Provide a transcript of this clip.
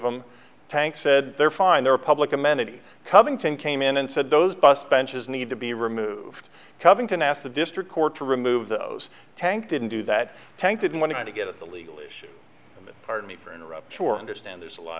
them tanks said they're fine there are public amenities covington came in and said those bus benches need to be removed covington asked the district court to remove those tank didn't do that tank didn't want to get at the legal issue pardon me for interrupting or understand there's a lot